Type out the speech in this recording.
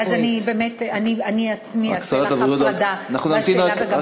אני עצמי אעשה לך הפרדה בשאלה וגם בתשובה.